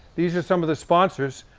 these are some of the sponsors.